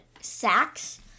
sacks